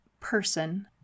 person